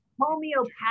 homeopathic